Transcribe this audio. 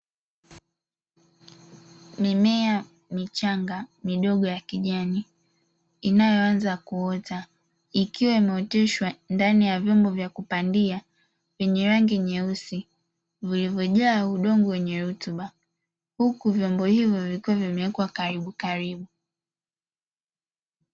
Mimea michanga midogo ya kijani, inayoanza kuota, ikiwa imeoteshwa ndani ya vyombo vya kupandia vyenye rangi nyeusi, vilivyojaa udongo wenye rutuba, huku vyombo hivyo vikiwa vimewekwa karibu karibu.